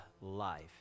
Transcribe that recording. life